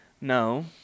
No